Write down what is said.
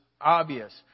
obvious